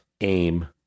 AIM